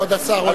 כבוד השר,